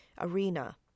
arena